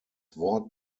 wort